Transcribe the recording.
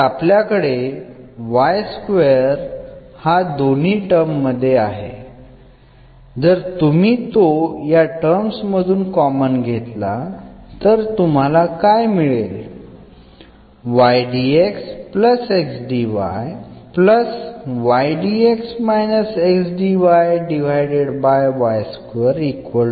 तर आपल्याकडे हा दोन्ही टर्म मध्ये आहे जर तुम्ही तो या टर्म्स मधून कॉमन घेतला तर तुम्हाला काय मिळेल